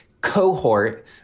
cohort